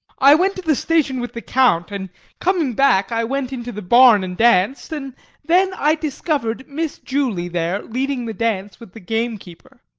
i went to the station with the count and coming back i went in to the barn and danced and then i discovered miss julie there leading the dance with the gamekeeper.